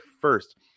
first